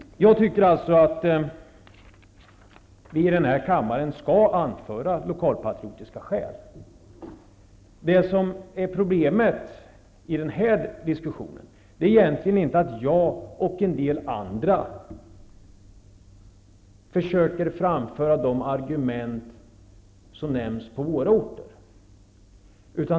Jag tycker att vi i denna kammare skall anföra lokalpatriotiska skäl. Problemet i den här diskussionen är egentligen inte att jag och en del andra talare försöker framföra de argument som nämnts på våra orter.